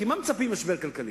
כי מה מצפים במשבר כלכלי?